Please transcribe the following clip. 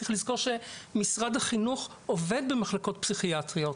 צריך לזכור שמשרד החינוך עובד במחלקות פסיכיאטריות.